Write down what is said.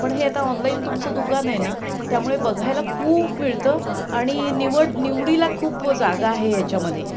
पण हे आता ऑनलाईन तुमचं दुकान आहे ना त्यामुळे बघायला खूप मिळतं आणि निवड निवडीला खूप जागा आहे याच्यामध्ये